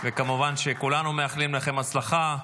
כמובן שכולנו מאחלים לכם הצלחה.